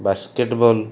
basketball